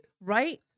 Right